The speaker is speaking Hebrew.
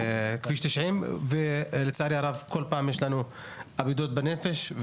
לכביש 90, ולצערי הרב כל פעם יש לנו אבדות בנפש.